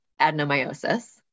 adenomyosis